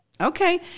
Okay